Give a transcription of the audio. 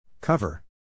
Cover